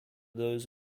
those